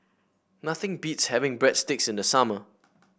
nothing beats having Breadsticks in the summer